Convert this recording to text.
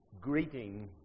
greeting